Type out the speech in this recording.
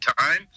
time